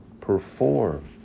perform